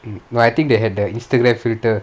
no I think they had the Instagram filter